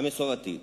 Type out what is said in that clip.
המסורתית.